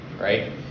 right